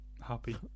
Happy